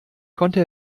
konnte